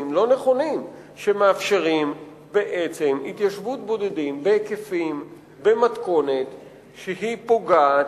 לא נכונים שמאפשרים בעצם התיישבות בודדים בהיקפים ובמתכונת שפוגעת,